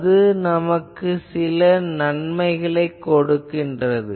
அது சில நன்மைகளைக் கொண்டுள்ளது